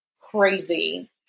crazy